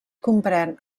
comprèn